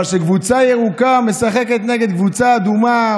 אבל כשקבוצה ירוקה משחקת נגד קבוצה אדומה,